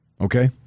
Okay